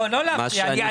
להגיד זה